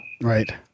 Right